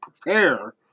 prepare